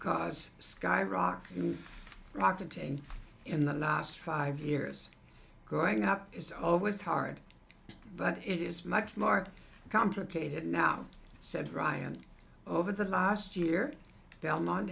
cause sky rock rocking to and in the last five years growing up is always hard but it is much more complicated now said ryan over the last year belmont